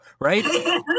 Right